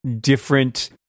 different